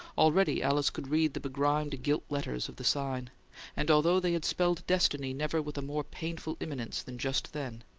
already alice could read the begrimed gilt letters of the sign and although they had spelled destiny never with a more painful imminence than just then,